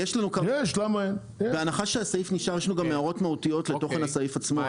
בהנחה שהסעיף נשאר יש לנו הערות מהותיות לתוכן הסעיף.